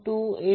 6 2